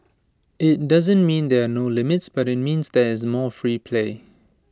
IT doesn't mean there are no limits but IT means there is more free play